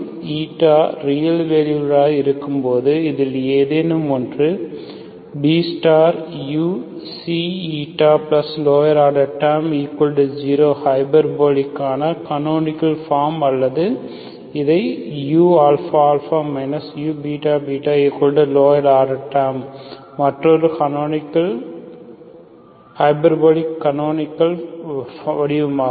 and real வேல்யூடன்களாக இருக்கும்போது இதில் ஏதேனும் ஒன்று Buξηlower order terms0ஹைபர்போலிக்க்கான கனோனிக்கள் ஃபார்ம் அல்லது இதைக் uαα uββlower order terms மற்றொரு ஹைபர்போலிக் கனோனிக்கள் வடிவமாகும்